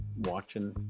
watching